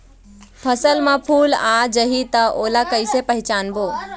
फसल म फूल आ जाही त ओला कइसे पहचानबो?